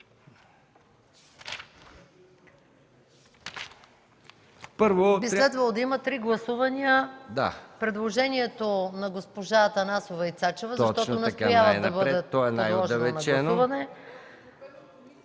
МАНОЛОВА: Би следвало да има три гласувания – предложението на госпожа Атанасова и Цачева, защото настояват да бъде подложено на гласуване.